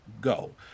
go